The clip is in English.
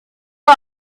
our